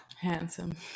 handsome